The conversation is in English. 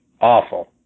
awful